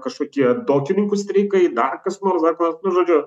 kažkokie dokininkų streikai dar kas nors dar kur nors nu žodžiu